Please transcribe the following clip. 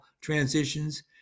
transitions